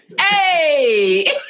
Hey